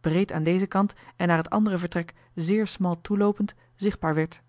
breed aan dezen kant en naar het andere vertrek zeer smal toeloopend zichtbaar werd